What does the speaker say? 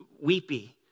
weepy